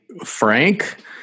Frank